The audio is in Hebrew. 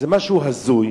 זה משהו הזוי,